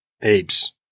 apes